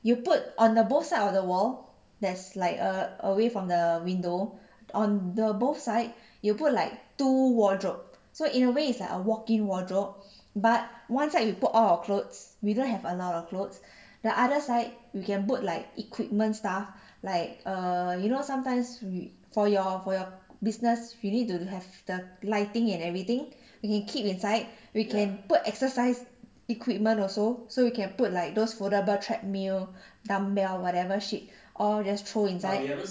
you put on both side of the wall there's like err away from the window on the both side you put like two wardrobe so in a way it's like a walk in wardrobe but one side we put our clothes we don't have a lot of clothes the other side you can put like equipment stuff like err you know sometimes re~ for your for your business you need to have the lighting and everything we keep inside we can put exercise equipment also so you can put like those foldable treadmill dumbbell whatever shit all just throw inside